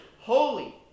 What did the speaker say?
holy